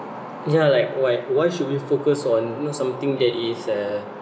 ya like why why should we focus on you know something that is uh